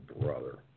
brother